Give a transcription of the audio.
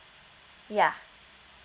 ya